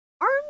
Arm